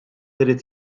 irid